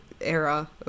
era